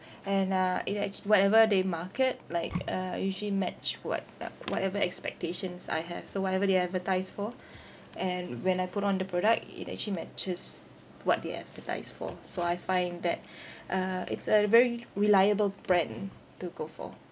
and uh it actu~ whatever they market like uh usually match what uh whatever expectations I have so whatever they advertise for and when I put on the product it actually matches what they advertise for so I find that uh it's a very reliable brand to go for